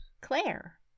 Claire